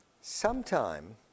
Sometime